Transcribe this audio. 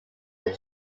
but